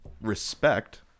respect